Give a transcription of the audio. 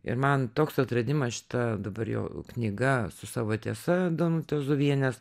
ir man toks atradimas šita dabar jo knyga su savo tiesa danutės zovienės